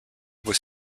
was